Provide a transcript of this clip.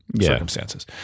circumstances